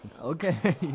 Okay